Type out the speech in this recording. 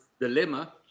Dilemma